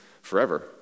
forever